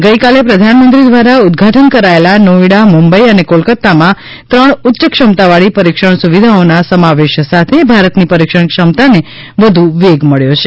ગઈકાલે પ્રધાનમંત્રી દ્વારા ઉદ્દઘાટન કરાયેલા નોઈડા મુંબઇ અને કોલકાતામાં ત્રણ ઉચ્ચ ક્ષમતાવાળી પરીક્ષણ સુવિધાઓના સમાવેશ સાથે ભારતની પરીક્ષણ ક્ષમતાને વધુ વેગ મબ્યો છે